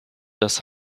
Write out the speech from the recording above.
dass